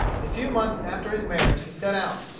a few months after his marriage he set out,